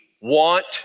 want